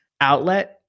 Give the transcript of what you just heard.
outlet